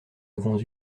avons